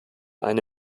eine